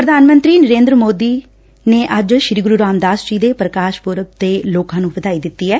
ਪ੍ਰਧਾਨ ਮੰਤਰੀ ਨਰੇਦਰ ਮੋਦੀ ਅੱਜ ਸ੍ਰੀ ਗੁਰੂ ਰਾਮਦਾਸ ਜੀ ਦੇ ਪ੍ਰਕਾਸ਼ ਪੁਰਬ ਤੇ ਲੋਕਾ ਨੂੰ ਵਧਾਈ ਦਿੱਤੀ ਏ